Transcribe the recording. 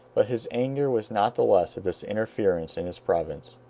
but his anger was not the less at this interference in his province.